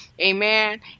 Amen